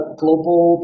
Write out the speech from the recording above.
global